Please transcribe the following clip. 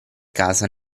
casa